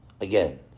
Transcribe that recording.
Again